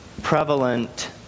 prevalent